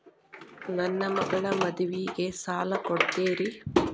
ನನ್ನ ಮಗಳ ಮದುವಿಗೆ ಸಾಲ ಕೊಡ್ತೇರಿ?